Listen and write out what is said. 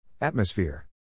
Atmosphere